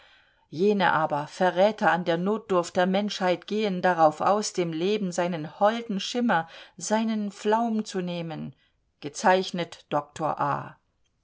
jene aber verräter an der notdurft der menschheit gehen darauf aus dem leben seinen holden schimmer seinen flaum zu nehmen